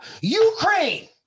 Ukraine